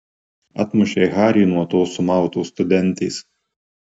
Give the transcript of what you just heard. atmušei harį nuo tos sumautos studentės